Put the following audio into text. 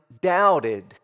doubted